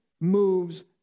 moves